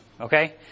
okay